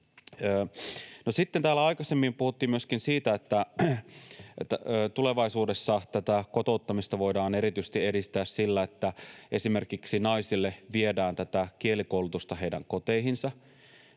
aikaisemmin puhuttiin myöskin siitä, että tulevaisuudessa tätä kotouttamista voidaan erityisesti edistää sillä, että esimerkiksi naisille viedään tätä kielikoulutusta heidän koteihinsa.